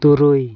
ᱛᱩᱨᱩᱭ